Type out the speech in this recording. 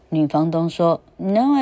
女房东说,No